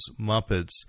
Muppets